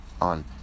on